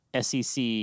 SEC